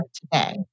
today